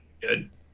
Good